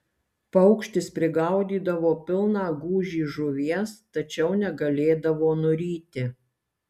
paukštis prigaudydavo pilną gūžį žuvies tačiau negalėdavo nuryti